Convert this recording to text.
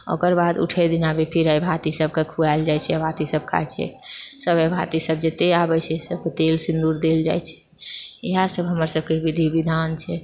ओकर बाद उठै दिना भी फेर अहिबाति सभकेँ खुआएल जाइत छै अहिबाति सभ खाइत छै सभ अहिबाति सभ जते आबैत छै सभके तेल सिन्दूर देल जाइत छै इएह सभ हमर सभके विधि विधान छै